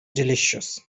delicious